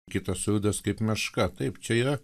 kitas rudas kaip meška taip čia yra